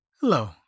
Hello